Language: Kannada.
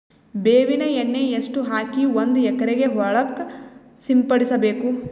ಬೇವಿನ ಎಣ್ಣೆ ಎಷ್ಟು ಹಾಕಿ ಒಂದ ಎಕರೆಗೆ ಹೊಳಕ್ಕ ಸಿಂಪಡಸಬೇಕು?